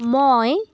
মই